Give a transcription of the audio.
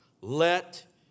let